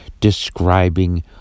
describing